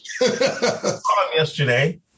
Yesterday